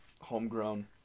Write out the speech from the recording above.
homegrown